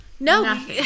No